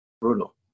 brutal